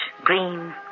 green